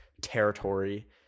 territory